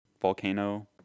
volcano